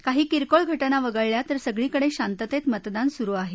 काही किरकोळ घटना वगळल्या तर सगळीकडे शांततेत मतदान सुरू आहे